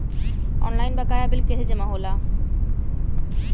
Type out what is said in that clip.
Online बकाया bill कैसे जमा होला?